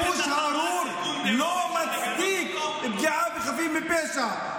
הכיבוש הארור לא מצדיק פגיעה בחפים מפשע.